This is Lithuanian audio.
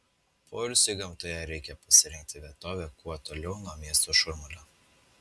poilsiui gamtoje reikia pasirinkti vietovę kuo toliau nuo miesto šurmulio